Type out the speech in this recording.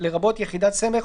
לרבות יחידת סמך,